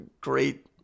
great